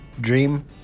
Dream